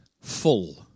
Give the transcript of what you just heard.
Full